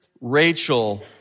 Rachel